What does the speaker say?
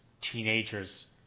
teenagers